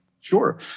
Sure